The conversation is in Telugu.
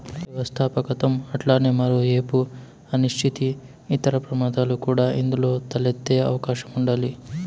వ్యవస్థాపకతం అట్లనే మరో ఏపు అనిశ్చితి, ఇతర ప్రమాదాలు కూడా ఇందులో తలెత్తే అవకాశం ఉండాది